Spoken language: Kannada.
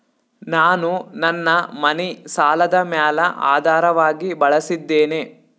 ನಾನು ನನ್ನ ಮನಿ ಸಾಲದ ಮ್ಯಾಲ ಆಧಾರವಾಗಿ ಬಳಸಿದ್ದೇನೆ